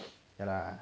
ya lah